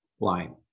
line